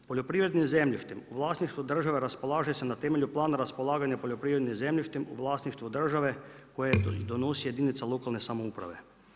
Poljoprivrednim zemljištem u vlasništvu država raspolaže se na temelju plana raspolaganja poljoprivrednim zemljištem u vlasništvu države koje donosi jedinica lokalne samouprave.